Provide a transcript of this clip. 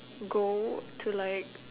go to like